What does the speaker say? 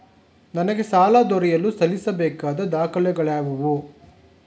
ನನಗೆ ಸಾಲ ದೊರೆಯಲು ಸಲ್ಲಿಸಬೇಕಾದ ದಾಖಲೆಗಳಾವವು?